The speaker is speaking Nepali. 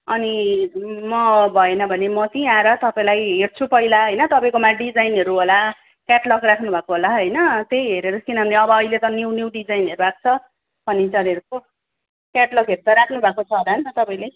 अनि म भएन भने म त्यहीँ आएर तपाईँलाई हेर्छु पहिला होइन तपाईँकोमा डिजाइनहरू होला क्याटलक राख्नुभएको होला होइन त्यही हेरेर किनभने अब अहिले त न्यु न्यु डिजाइनहरू आएको छ फर्निचरहरूको क्याटलकहरू त राख्नुभएको छ होला नि त तपाईँले